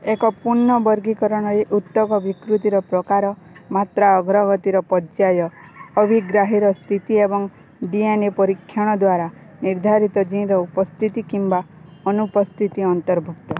ଏକ ପୂର୍ଣ୍ଣ ବର୍ଗୀକରଣରେ ଉତ୍ତକବିକୃତିର ପ୍ରକାର ମାତ୍ରା ଅଗ୍ରଗତିର ପର୍ଯ୍ୟାୟ ଅଭିଗ୍ରାହୀର ସ୍ଥିତି ଏବଂ ଡି ଏନ୍ ଏ ପରୀକ୍ଷଣ ଦ୍ୱାରା ନିର୍ଦ୍ଧାରିତ ଜିନ୍ର ଉପସ୍ଥିତି କିମ୍ବା ଅନୁପସ୍ଥିତି ଅନ୍ତର୍ଭୁକ୍ତ